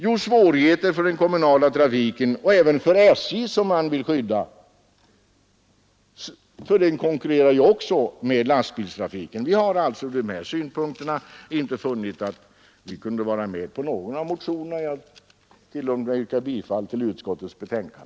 Jo, svårigheter för den kommunala trafiken och även för SJ, som man vill skydda, för SJ konkurrerar ju Vi har alltså ur de här synpunkterna inte funnit att vi kan gå med på något av motionsyrkandena. Jag tillåter mig därför att yrka bifall till utskottets hemställan.